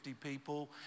people